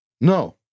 no